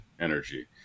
energy